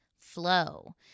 flow